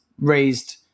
raised